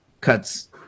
Cuts